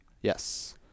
Yes